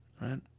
right